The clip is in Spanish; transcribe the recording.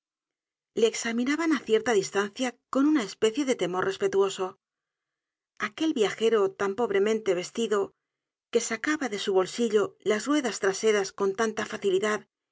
le examinaban á cierta distancia con una especie de temor respetuoso aquel viajero tan pobremente vestido que sacaba de su bolsillo las ruedas traseras con tanta facilidad